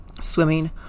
Swimming